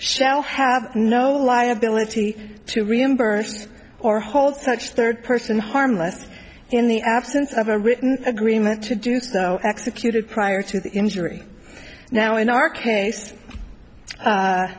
shall have no liability to reimburse or hold such third person harmless in the absence of a written agreement to do so executed prior to the injury now in our case